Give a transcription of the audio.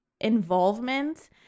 involvement